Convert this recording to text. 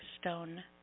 stone